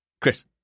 Chris